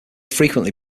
frequently